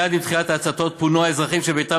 1. מייד עם תחילת ההצתות פונו האזרחים שביתם